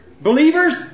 believers